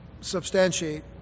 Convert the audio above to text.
substantiate